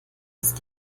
ist